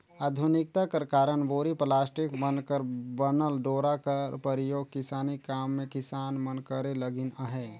आधुनिकता कर कारन बोरी, पलास्टिक मन कर बनल डोरा कर परियोग किसानी काम मे किसान मन करे लगिन अहे